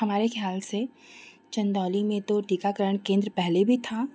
हमारे ख़्याल से चन्दौली में तो टीकाकरण केन्द्र पहले भी था